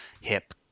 hip